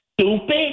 stupid